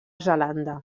zelanda